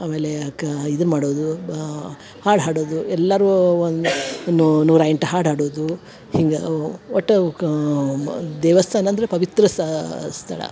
ಆಮೇಲೆ ಕ ಇದನ್ನ ಮಾಡೋದು ಬಾ ಹಾಡು ಹಾಡೋದು ಎಲ್ಲಾರು ಒನ್ ನೂರ ಎಂಟು ಹಾಡು ಹಾಡೋದು ಹಿಂಗೆ ಒಟ್ಟು ಅವ್ಕಾ ದೇವಸ್ಥಾನ ಅಂದರೆ ಪವಿತ್ರ ಸ್ಥಳ